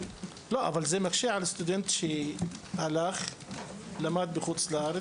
אבל זה מקשה על סטודנט שלמד בחו"ל,